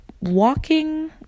walking